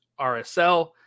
RSL